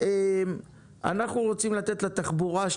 משרד התחבורה.